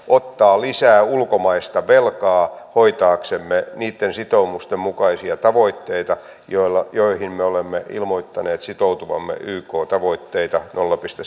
ottaa lisää ulkomaista velkaa hoitaaksemme niitten sitoumusten mukaisia tavoitteita joihin me olemme ilmoittaneet sitoutuvamme tavoitellessamme yk tavoitteita nolla pilkku